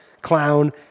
clown